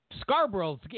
Scarborough's